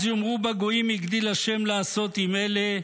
"אז יאמרו בגוים הגדיל ה' לעשות עם אלה,